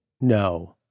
No